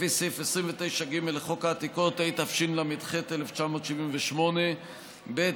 לפי סעיף 29(ג) לחוק העתיקות, התשל"ח 1978. ב.